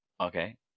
Okay